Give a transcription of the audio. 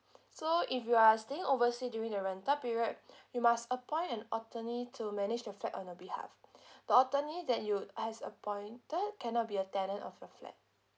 so if you are staying oversea during the rental period you must appoint an attorney to manage the flat on your behalf the attorney that you'd has appointed cannot be a tenant of your flat